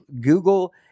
Google